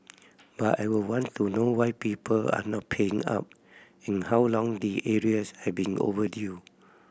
but I would want to know why people are not paying up and how long the arrears have been overdue